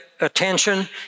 attention